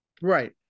Right